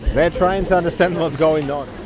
they're trying to understand what's going on.